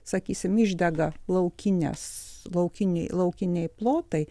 sakysim išdega laukinės laukiniai laukiniai plotai